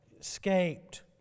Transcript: escaped